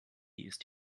ist